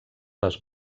les